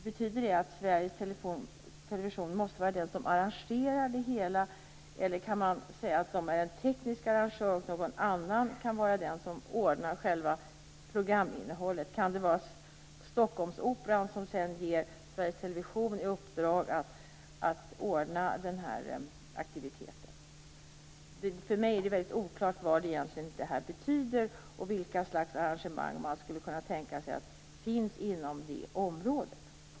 Betyder det att Sveriges Television måste vara den som arrangerar, eller kan man säga att Sveriges Television är teknisk arrangör medan någon annan arrangerar själva programinnehållet? Kan det vara Stockholmsoperan, som ger Sveriges Television i uppdrag att ordna en sådan aktivitet? För mig är det oklart vad det egentligen betyder och vilka slags arrangemang som kan finnas inom det området.